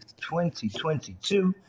2022